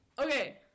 Okay